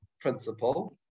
principle